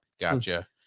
gotcha